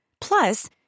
Plus